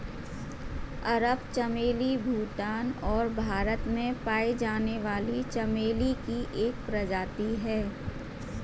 अरब चमेली भूटान और भारत में पाई जाने वाली चमेली की एक प्रजाति है